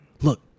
Look